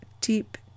deep